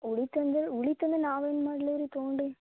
ಉಳಿತು ಅಂದ್ರೆ ಉಳಿತು ಅಂದ್ರೆ ನಾವೇನು ಮಾಡಲಿ ರೀ ತಗೊಂಡು